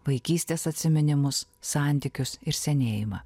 vaikystės atsiminimus santykius ir senėjimą